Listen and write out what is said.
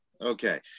okay